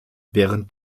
während